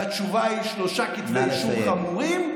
והתשובה היא שלושה כתבי אישום חמורים,